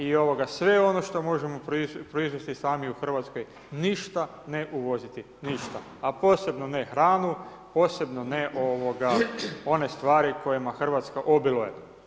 I sve ono što možemo proizvesti sami u Hrvatskoj ništa ne uvoziti, ništa a posebno ne hranu, posebno ne one stvari kojima Hrvatska obiluje.